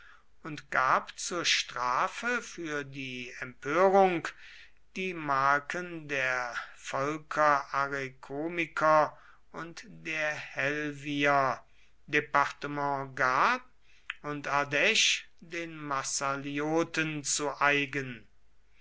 und gab zur strafe für die empörung die marken der volker arekomiker und der helvier departement gard und ardche den massalioten zu eigen